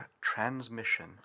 transmission